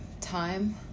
time